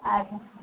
అదే